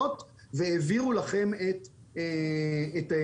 התשובות והעבירו לכם את המסמך.